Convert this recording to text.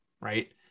right